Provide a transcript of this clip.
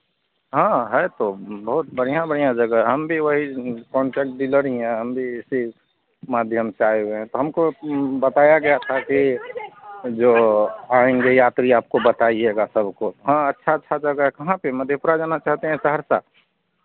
हाँ है तो बहुत बढ़ियाँ बढ़ियाँ जगह हम भी वही कॉन्ट्रैक्ट डीलर ही हैं हम भी इसी माध्यम से आए हुए हें तो हमको बताया गया था कि जो आएंगी यात्री आपको बताइएगा सबको हाँ अच्छा अच्छा जगह काहाँ पर मधेपुरा जाना चाहते हैं सहरसा